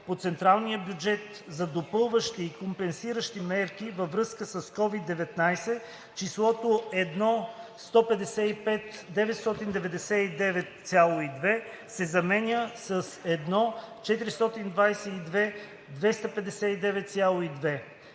„По централния бюджет за допълващи и компенсиращи мерки във връзка с COVID-19“ числото „ 1 155 999,2“ се заменя с „1 422 259,2“.